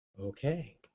Okay